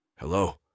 Hello